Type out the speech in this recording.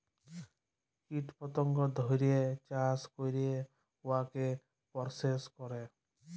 কীট পতঙ্গ ধ্যইরে চাষ ক্যইরে উয়াকে পরসেস ক্যরে